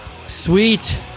Sweet